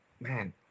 man